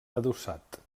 adossat